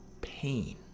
pain